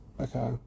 Okay